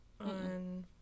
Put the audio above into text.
On